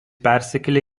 persikėlė